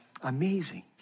Amazing